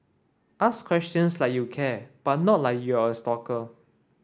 ask questions like you care but not like you're a stalker